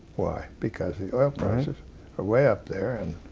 why? because the oil prices are way up there and